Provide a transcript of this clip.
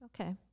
okay